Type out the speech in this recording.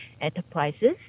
enterprises